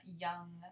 young